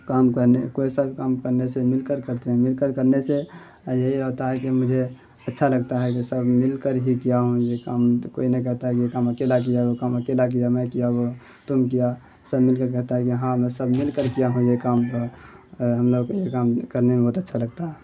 کام کرنے کوئی سا بھی کام کرنے سے مل کر کرتے ہیں مل کر کرنے سے یہی ہوتا ہے کہ مجھے اچھا لگتا ہے کہ سب مل کر ہی کیا ہوں یہ کام کوئی نہیں کہتا ہے یہ کام اکیلا کیا اکیلا کیا میں کیا وہ تم کیا سب مل کر کہتا ہے کہ ہاں میں سب مل کر کیا ہوں یہ کام ہم لوگ کو یہ کام کرنے میں بہت اچھا لگتا ہے